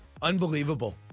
Unbelievable